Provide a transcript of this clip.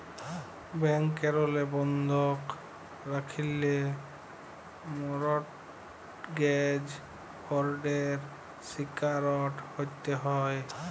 ব্যাংকেরলে বন্ধক রাখল্যে মরটগেজ ফরডের শিকারট হ্যতে হ্যয়